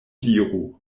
diru